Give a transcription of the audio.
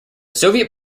soviet